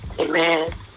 Amen